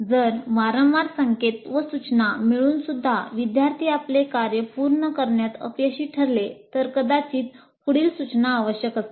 जर वारंवार संकेत व सूचना मिळूनसुद्धा विद्यार्थी आपले कार्य पूर्ण करण्यात अपयशी ठरले तर कदाचित पुढील सूचना आवश्यक असतील